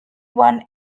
one